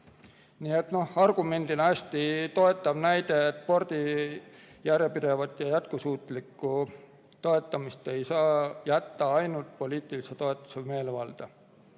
on see hästi toetav näide, et spordi järjepidevat ja jätkusuutlikku toetamist ei saa jätta ainult poliitilise toetuse meelevalda.